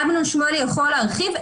אמנון שמואלי יכול להרחיב,